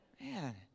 Man